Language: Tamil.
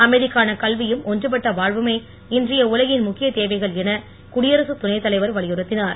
அமைதிக்கான கல்வியும் ஒன்றுபட்ட வாழ்வுமே இன்றைய உலகின் முக்கிய தேவைகள் என குடியரகத் துணைத் தலைவர் வலியுறுத்தினார்